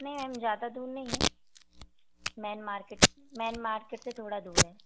नहीं मैम ज़्यादा दूर नहीं है मैन मार्केट मैन मार्केट से थोड़ा दूर है